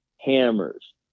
hammers